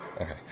okay